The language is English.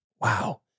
Wow